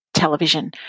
television